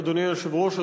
אדוני היושב-ראש,